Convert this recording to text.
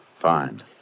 Fine